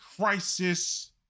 crisis